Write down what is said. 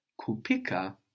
Kupika